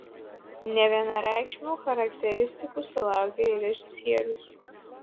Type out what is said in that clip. nevienareikšmių charakteristikų sulaukė ir režisierius